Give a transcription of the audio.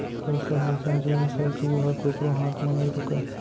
पइसा ह अइसन जिनिस अय कि ओहर कोकरो हाथ म नइ रूकय